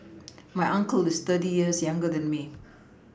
my uncle is thirty years younger than me